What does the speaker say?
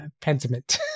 Pentiment